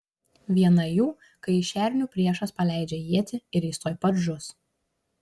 viena jų kai į šernių priešas paleidžia ietį ir jis tuoj pat žus